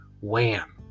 wham